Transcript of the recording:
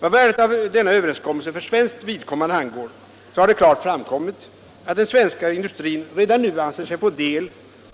Vad värdet av denna överenskommelse för svenskt vidkommande angår har det klart framkommit att den svenska industrin redan nu anser sig få del